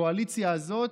הקואליציה הזאת,